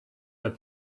that